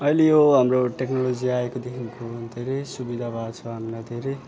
अहिले यो हाम्रो टेक्नोलोजी आएकोदेखिन्को धेरै सुविधा भएको छ हामीलाई धेरै